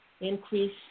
increase